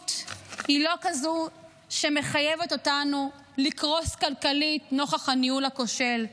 המציאות היא לא כזאת שמחייבת אותנו לקרוס כלכלית נוכח הניהול הכושל.